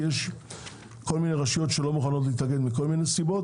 כי יש כל מיני רשויות שלא מוכנות להתאגד מכל מיני סיבות,